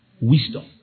Wisdom